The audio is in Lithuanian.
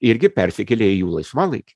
irgi persikėlė į jų laisvalaikį